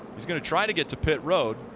is going to try to get to pit road.